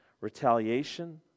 retaliation